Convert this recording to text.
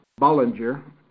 Bollinger